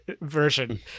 version